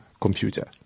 computer